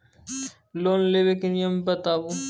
Loan लेबे के नियम बताबू?